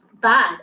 bad